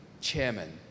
chairman